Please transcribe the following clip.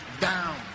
down